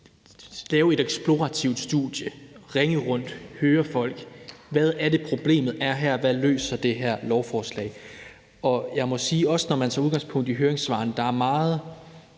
lave et eksplorativt studie, ringe rundt og høre folk, hvad det er, problemet er her, hvad det her lovforslag løser. Jeg må sige, at også når man tager udgangspunkt i høringssvarene, er der meget